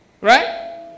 right